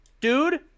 dude